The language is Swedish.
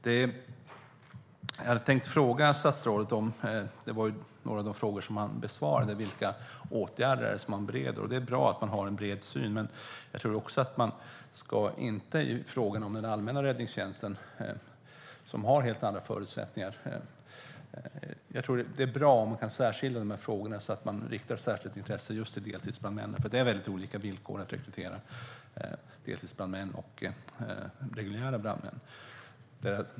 Jag hade tänkt fråga statsrådet - det var en av de frågor som han besvarade - vilka åtgärder man bereder. Det är bra att man har en bred syn. Men den allmänna räddningstjänsten har helt andra förutsättningar, och jag tror att det är bra om man kan särskilja de här frågorna, så att man riktar särskilt intresse mot deltidsbrandmän, för det är väldigt olika villkor för rekrytering av deltidsbrandmän och reguljära brandmän.